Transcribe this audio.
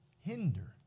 hinder